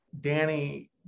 Danny